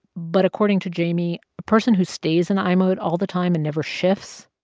but, according to jamie, a person who stays in the i mode all the time and never shifts,